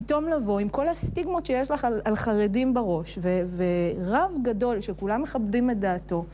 פתאום לבוא עם כל הסטיגמות שיש לך על חרדים בראש, ורב גדול שכולם מכבדים את דעתו